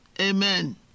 Amen